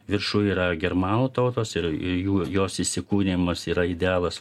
viršuj yra germanų tautos ir ir jų jos įsikūnijimas yra idealas